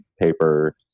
paper